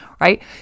right